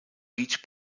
beach